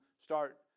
start